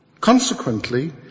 Consequently